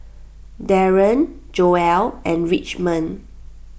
Daron Joell and Richmond